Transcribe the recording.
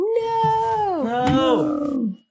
No